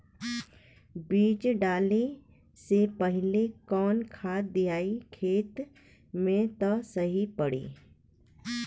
बीज डाले से पहिले कवन खाद्य दियायी खेत में त सही पड़ी?